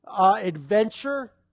adventure